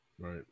Right